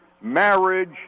marriage